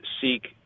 seek